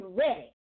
ready